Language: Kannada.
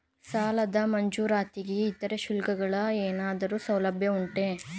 ಸಾಲದ ಮಂಜೂರಾತಿಗೆ ಇತರೆ ಶುಲ್ಕಗಳ ಏನಾದರೂ ಸೌಲಭ್ಯ ಉಂಟೆ?